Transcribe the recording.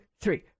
three